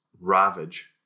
ravage